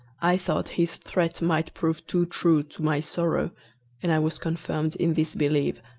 i thought his threat might prove too true to my sorrow and i was confirmed in this belief,